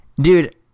Dude